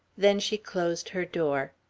then she closed her door.